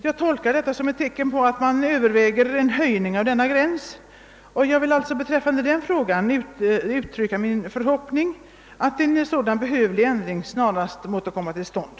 Jag tolkar detta som ett tecken på att man överväger en höjning av denna gräns, och jag vill uttrycka min förhoppning att en sådan behövlig ändring snarast måtte komma till stånd.